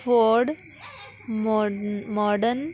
Ford मो modern